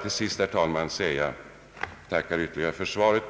Vi måste tydligen, herr statsråd,